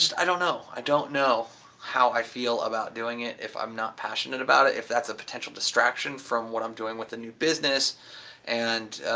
i don't know, i don't know how i feel about doing it if i'm not passionate about it, if that's a potential distraction from what i'm doing with the new business and